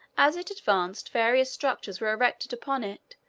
as it advanced, various structures were erected upon it,